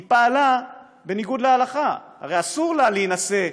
היא פעלה בניגוד להלכה, הרי אסור לה להינשא לגוי,